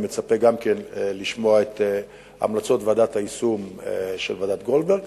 אני מצפה גם כן למצוא את המלצות ועדת היישום של דוח ועדת-גולדברג